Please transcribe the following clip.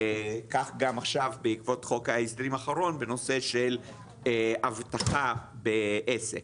כך גם עכשיו בעקבות חוק ההסדרים האחרון בנושא של אבטחה בעסק.